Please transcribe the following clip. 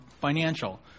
financial